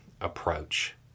approach